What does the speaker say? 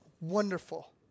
Wonderful